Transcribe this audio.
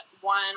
one